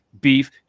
Beef